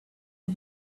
had